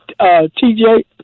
TJ